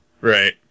right